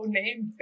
name